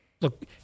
look